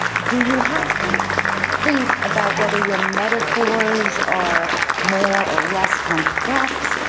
do you have to think about whether your metaphors are more or less complex?